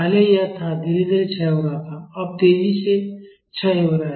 पहले यह था धीरे धीरे क्षय हो रहा था अब तेजी से क्षय हो रहा है